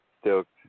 stoked